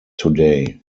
today